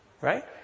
Right